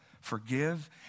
forgive